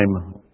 time